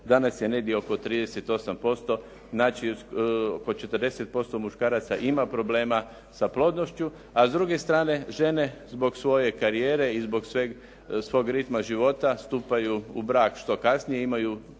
Danas je negdje oko 38%. Znači po 40% muškaraca ima problema sa plodnošću, a s druge strane zbog svoje karijere i zbog svog ritma života stupaju u brak što kasnije i imaju